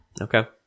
Okay